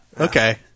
okay